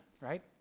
right